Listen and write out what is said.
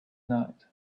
night